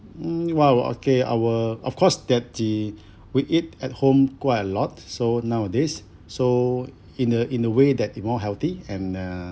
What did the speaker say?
mm !wow! okay our of course that the we eat at home quite a lot so nowadays so in a in a way that it more healthy and uh